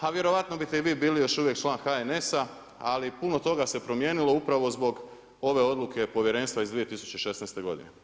a vjerovatno biste vi bili još uvijek član HNS-a, ali puno toga se promijenilo upravo zbog ove odluke povjerenstva iz 2016. godine.